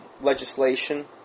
legislation